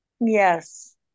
Yes